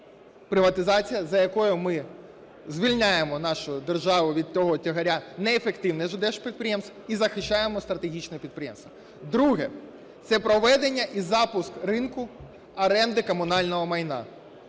приватизація, за якою ми звільняємо нашу державу від того тягаря неефективних держпідприємств і захищаємо стратегічні підприємства. Друге. Це проведення і запуск ринку оренди комунального майна.